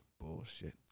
Bullshit